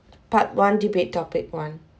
part one debate topic one